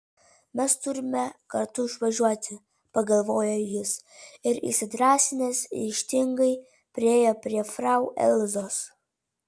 mes turime kartu išvažiuoti pagalvojo jis ir įsidrąsinęs ryžtingai priėjo prie frau elzos